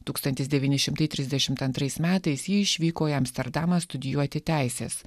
tūkstantis devyni šimtai trisdešimt antrais metais ji išvyko į amsterdamą studijuoti teisės